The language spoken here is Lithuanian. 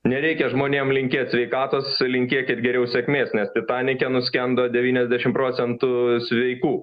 nereikia žmonėms linkėt sveikatos linkėkit geriau sėkmės nes titanike nuskendo devyniasdešimt procentų sveikų